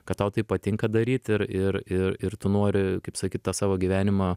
kad tau tai patinka daryt ir ir ir ir tu nori kaip sakyt tą savo gyvenimą